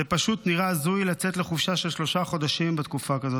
זה פשוט נראה הזוי לצאת לחופשה של שלושה חודשים בתקופה כזאת.